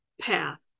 path